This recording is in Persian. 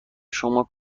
شما